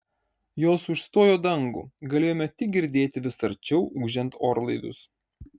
jos užstojo dangų galėjome tik girdėti vis arčiau ūžiant orlaivius